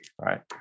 right